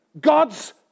God's